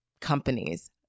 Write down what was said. companies